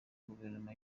guverinoma